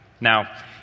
Now